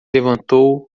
levantou